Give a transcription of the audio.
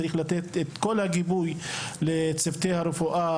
צריכים לתת את כל הגיבוי לצוותי הרפואה,